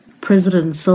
President